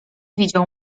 widział